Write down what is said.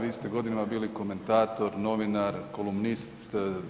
Vi ste godinama bili komentator, novinar, kolumnist.